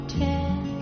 ten